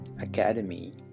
academy